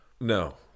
No